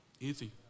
Easy